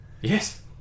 Yes